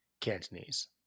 Cantonese